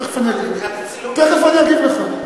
תכף אני אשיב לך.